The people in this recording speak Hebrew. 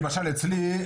למשל אצלי,